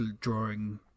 drawing